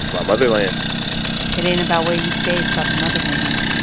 my motherland it ain't about where you stay, it's about the motherland,